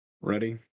Ready